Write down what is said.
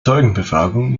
zeugenbefragung